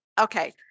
Okay